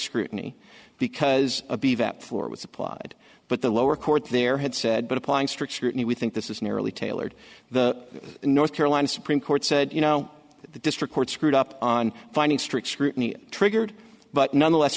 scrutiny because of the that floor was applied but the lower court there had said but applying strict scrutiny we think this is merely tailored the north carolina supreme court said you know the district court screwed up on finding strict scrutiny triggered but nonetheless